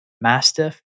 Mastiff